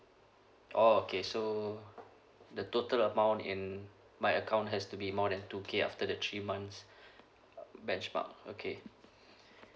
oh okay so the total amount in my account has to be more than two K after the three months benchmark okay